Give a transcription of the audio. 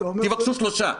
תבקשו שלושה.